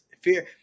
Fear